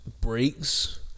breaks